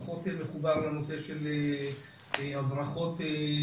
אני פחות מחובר לנושא של ההברחות מהגבולות.